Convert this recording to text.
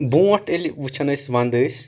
برٛونٛٹھ ییٚلہِ وٕچھان أسۍ ونٛدٕ أسۍ